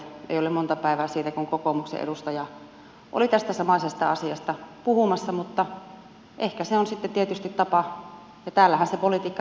ei ole monta päivää siitä kun kokoomuksen edustaja oli tästä samaisesta asiasta puhumassa mutta ehkä se on sitten tietysti tapa ja täällähän se politiikka tehdään